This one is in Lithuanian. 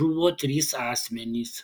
žuvo trys asmenys